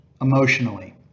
emotionally